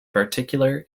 particular